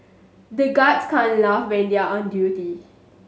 the guards can't laugh when they are on duty